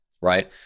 right